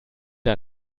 der